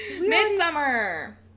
Midsummer